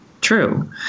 true